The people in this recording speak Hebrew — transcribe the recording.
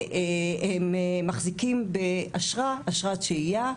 הם מחזיקים באשרת שהייה.